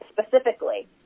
specifically